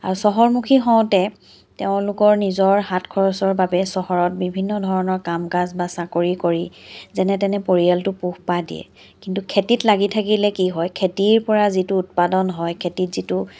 চহৰমুখী হওঁতে তেওঁলোকৰ নিজৰ হাত খৰচৰ বাবে চহৰত বিভিন্ন ধৰণৰ কাম কাজ বা চাকৰি কৰি যেনে তেনে পৰিয়ালটোক পোহপাল দিয়ে কিন্তু খেতিত লাগি থাকিলে কি হয় খেতিৰ পৰা যি উৎপাদন হয় খেতিৰ যিটো